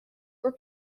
were